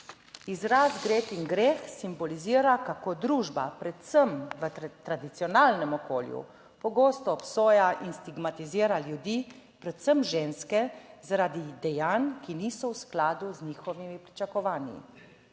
Izraz Gretin greh simbolizira, kako družba, predvsem v tradicionalnem okolju, pogosto obsoja in stigmatizira ljudi, predvsem ženske, zaradi dejanj, ki niso v skladu z njihovimi pričakovanji.